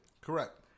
Correct